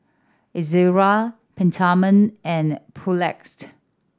Ezerra Peptamen and Papulex